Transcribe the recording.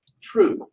true